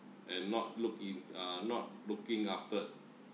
and not look in ah not looking after